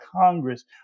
Congress